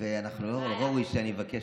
ולא ראוי שאני אבקש